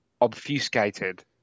obfuscated